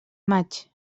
maig